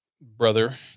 Brother